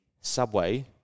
subway